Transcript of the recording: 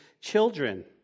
children